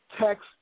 text